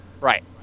right